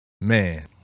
Man